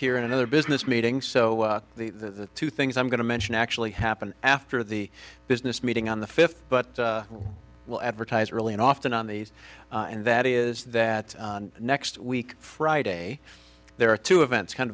here in another business meeting so the two things i'm going to mention actually happen after the business meeting on the fifth but will advertise early and often on these and that is that next week friday there are two events kind